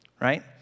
Right